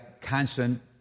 constant